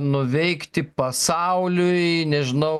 nuveikti pasauliui nežinau